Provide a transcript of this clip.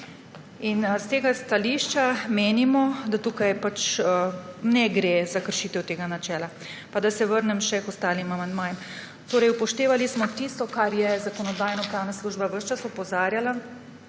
S tega stališča menimo, da tukaj ne gre za kršitev tega načela. Naj se vrnem še k ostalim amandmajem. Upoštevali smo tisto, na kar je Zakonodajno-pravna služba ves čas opozarjala,